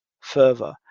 further